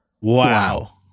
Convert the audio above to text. Wow